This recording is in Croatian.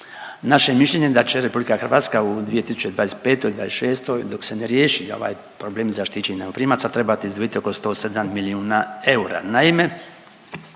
je mišljenje da će Republika Hrvatska u 2025., 2026. dok se ne riješi ovaj problem zaštićenih najmoprimaca trebati izdvojiti oko 107 milijuna eura.